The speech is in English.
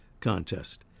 contest